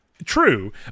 True